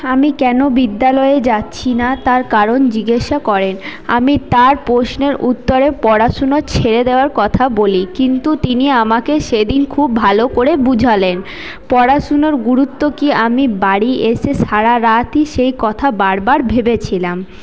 আমি কেনো বিদ্যালয়ে যাচ্ছিনা তার কারণ জিজ্ঞাসা করেন আমি তার প্রশ্নের উত্তরে পড়াশোনা ছেড়ে দেওয়ার কথা বলি কিন্তু তিনি আমাকে সেদিন খুব ভালো করে বোঝালেন পড়াশোনার গুরুত্ব কী আমি বাড়ি এসে সারারাতই সেই কথা বারবার ভেবেছিলাম